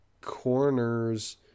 corners